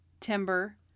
Timber